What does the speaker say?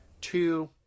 Two